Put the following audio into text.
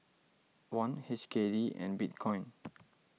Won H K D and Bitcoin